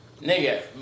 nigga